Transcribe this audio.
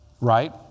Right